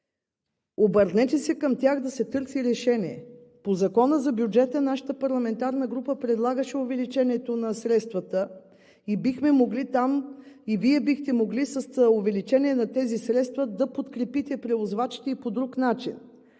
Обърнете се към тях да се търси решение. По Закона за бюджета нашата парламентарна група предлагаше увеличението на средствата и бихме могли там, и Вие бихте могли с увеличение на тези средства да подкрепите превозвачите и по друг начин.